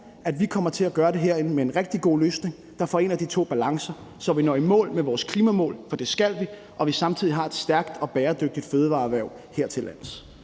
at vi kommer til at gøre det herinde med en rigtig god løsning, der forener de to balancer, så vi når i mål med vores klimamål, for det skal vi, og samtidig har et stærkt og bæredygtigt fødevareerhverv hertillands.